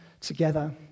together